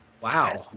Wow